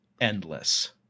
endless